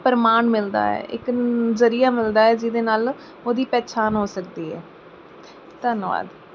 ਪ੍ਰਮਾਣ ਮਿਲਦਾ ਹੈ ਇੱਕ ਜ਼ਰੀਆ ਮਿਲਦਾ ਹੈ ਜਿਹਦੇ ਨਾਲ ਉਹਦੀ ਪਹਿਚਾਨ ਹੋ ਸਕਦੀ ਹੈ ਧੰਨਵਾਦ